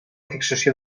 fixació